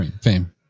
fame